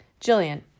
jillian